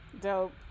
Dope